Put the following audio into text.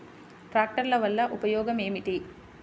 ట్రాక్టర్ల వల్ల ఉపయోగం ఏమిటీ?